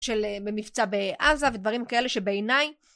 במבצע בעזה, ודברים כאלה שבעיניי